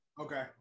okay